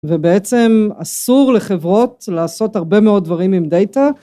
ובעצם אסור לחברות לעשות הרבה מאוד דברים עם דאטה.